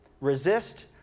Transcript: Resist